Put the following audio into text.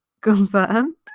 confirmed